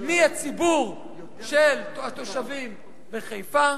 מציבור התושבים בחיפה,